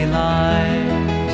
lives